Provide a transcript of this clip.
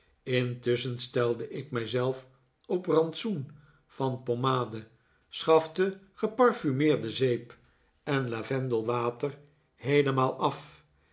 intusschen stelde ik mij zelf op rantsoen van pommade schafte geparfumeerde zeep en lavendelwater heelemaal af